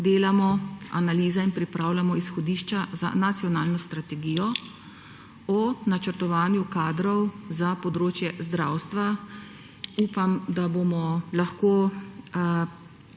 delamo analize in pripravljamo izhodišča za nacionalno strategijo o načrtovanju kadrov za področje zdravstva. Upam, da bomo lahko